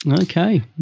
okay